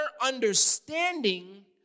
understanding